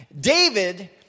David